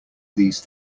these